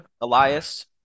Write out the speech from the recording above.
Elias